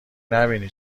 نبینی